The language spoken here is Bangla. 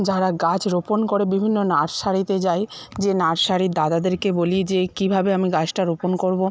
যারা গাছ রোপণ করে বিভিন্ন নার্সারিতে যাই যেয়ে নার্সারির দাদাদেরকে বলি যে কীভাবে আমি গাছটা রোপণ করবো